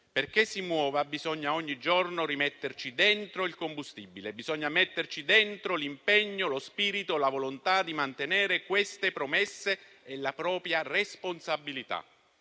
Perché si muova bisogna ogni giorno rimetterci dentro il combustibile, bisogna metterci dentro l'impegno, lo spirito, la volontà di mantenere queste promesse, la propria responsabilità».